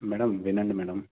madam వినండి madam